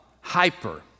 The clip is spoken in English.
hyper